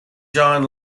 john